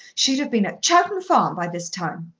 she'd have been at chowton farm by this time.